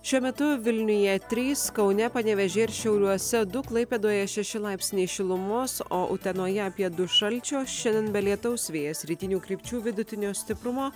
šiuo metu vilniuje trys kaune panevėžyje ir šiauliuose du klaipėdoje šeši laipsniai šilumos o utenoje apie du šalčio šiandien be lietaus vėjas rytinių krypčių vidutinio stiprumo